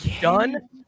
done